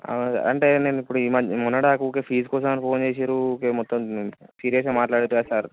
అంటే మేము ఇప్పుడు ఈ మధ్య మొన్నటిదాక ఊరికే ఫీజు కోసం అని ఫోన్ చేసీనారు ఊరికే మొత్తం సీరియస్గా మాట్లాడినారు కద సార్